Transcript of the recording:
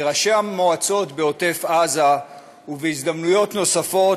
לראשי המועצות בעוטף עזה ובהזדמנויות נוספות,